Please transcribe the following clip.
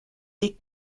des